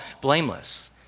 blameless